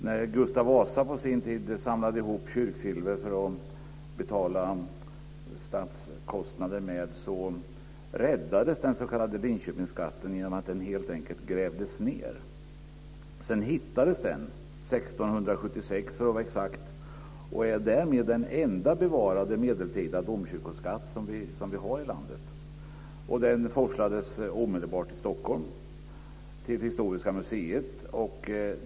När Gustav Vasa på sin tid samlade ihop kyrksilver för att betala statskostnader, räddas den s.k. Linköpingsskatten genom att den helt enkelt grävdes ned. Sedan hittades den 1676, och den är därmed den enda bevarade medeltida domkyrkoskatt som vi har i landet. Den forslades omedelbart till Historiska museet i Stockholm.